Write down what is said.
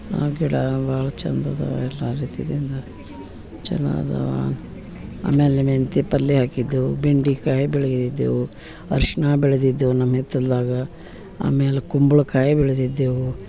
ಆ ಗಿಡ ಭಾಳ ಚಂದ ಅದಾವ ಎಲ್ಲ ರೀತಿಯಿಂದ ಚಲೋ ಅದಾವ ಆಮೇಲೆ ಮೆಂತ್ಯೆ ಪಲ್ಯ ಹಾಕಿದ್ದೇವೆ ಬೆಂಡಿಕಾಯಿ ಬೆಳದಿದ್ದೇವೆ ಅರ್ಶಿನ ಬೆಳೆದಿದ್ದೇವೆ ನಮ್ಮ ಹಿತ್ತಲದಾಗ ಆಮೇಲೆ ಕುಂಬಳ್ಕಾಯಿ ಬೆಳೆದಿದ್ದೇವೆ